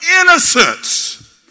Innocence